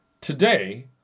Today